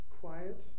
quiet